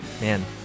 Man